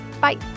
Bye